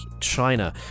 China